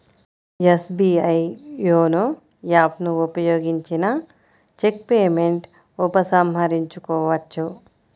SBI YONO app ను ఉపయోగించిన cheque payment ఉపసంహరించుకోవచ్చు